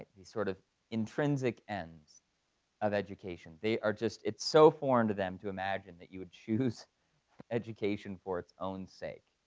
these sort of intrinsic ends of education. they are just, it's so foreign to them to imagine that you would choose education for its own sake.